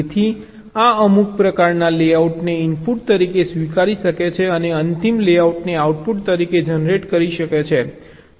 તેથી આ અમુક પ્રકારના લેઆઉટને ઇનપુટ તરીકે સ્વીકારી શકે છે અને અંતિમ લેઆઉટને આઉટપુટ તરીકે જનરેટ કરી શકે છે